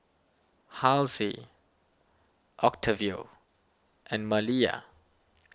Halsey Octavio and Malia